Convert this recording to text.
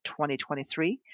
2023